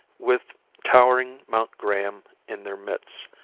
with towering mt. graham in their midst,